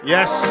Yes